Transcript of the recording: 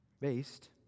Based